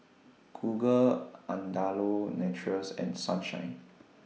Google Andalou Naturals and Sunshine